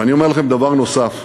ואני אומר לכם דבר נוסף: